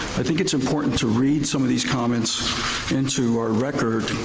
i think it's important to read some of these comments into our record.